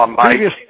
previous